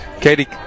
Katie